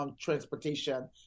transportation